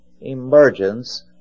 emergence